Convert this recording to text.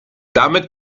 damit